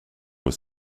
was